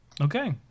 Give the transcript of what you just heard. okay